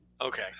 Okay